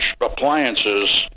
appliances